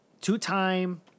Two-time